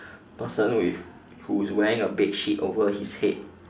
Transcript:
person with who is wearing a bedsheet over his head